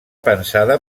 pensada